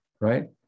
right